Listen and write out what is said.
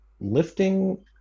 lifting